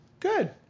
Good